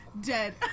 Dead